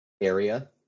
area